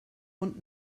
und